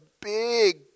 big